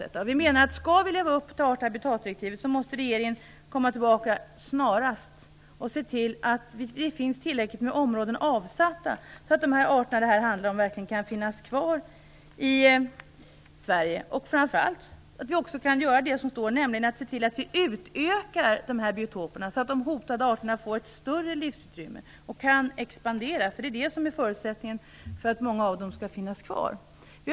Vi i Miljöpartiet menar att om Sverige skall leva upp till art och habitatdirektivet måste regeringen komma tillbaka snarast, och se till att det finns tillräckligt med områden avsatta för att dessa arter skall kunna finnas kvar i Sverige. Framför allt - som det också står i direktivet - måste vi utöka biotoperna så att de hotade arterna får ett större livsutrymme och kan expandera. Det är nämligen det som är förutsättningen för att många av dem skall kunna finnas kvar.